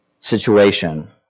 situation